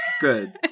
good